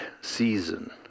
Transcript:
season